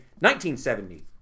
1970